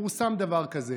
פורסם דבר כזה.